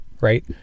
right